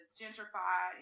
gentrify